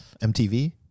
MTV